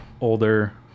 older